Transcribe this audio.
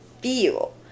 feel